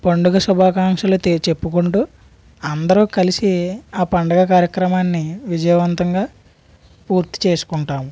పండుగ శుభాకాంక్షలు తే చెప్పుకుంటూ అందరూ కలిసి ఆ పండుగ కార్యక్రమాన్ని విజయవంతంగా పూర్తి చేసుకుంటాము